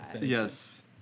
Yes